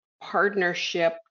partnership